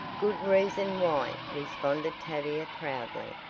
good reason why! responded tavia proudly,